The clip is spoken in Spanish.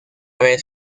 vez